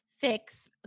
fix